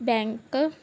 bank